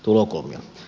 tulokulmia